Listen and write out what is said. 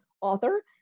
author